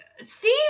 Steve